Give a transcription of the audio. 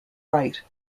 right